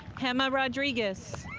gema rodriguez.